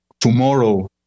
tomorrow